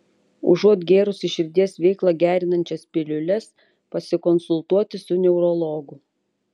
užuot gėrusi širdies veiklą gerinančias piliules pasikonsultuoti su neurologu